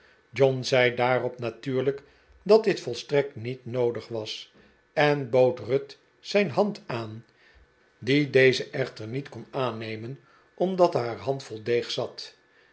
john zei daarop natuurlijk dat dit volstrekt niet noodig was en bood ruth zijn hand aan die deze echter niet kon aannemen omdat haar hand vol deeg zat